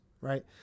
right